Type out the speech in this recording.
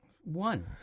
One